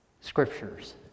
scriptures